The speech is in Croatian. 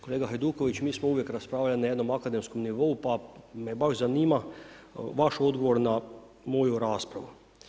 Kolega Hajduković, mi smo uvijek raspravljali na jednom akademskom nivou, pa me baš zanima, vaš odgovor na moju raspravu.